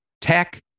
tech